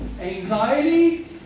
anxiety